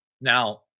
Now